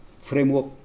framework